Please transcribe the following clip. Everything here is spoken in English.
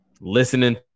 listening